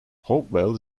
hopewell